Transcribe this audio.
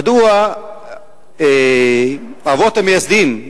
מדוע האבות המייסדים,